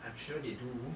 I'm sure they do